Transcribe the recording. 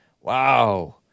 Wow